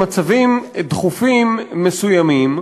במצבים דחופים מסוימים,